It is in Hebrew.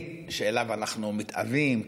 שאליו אנחנו מתאווים,